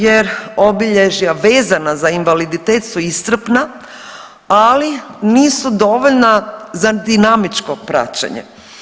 Jer obilježja vezana za invaliditet su iscrpna, ali nisu dovoljna za dinamičko praćenje.